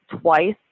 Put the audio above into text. twice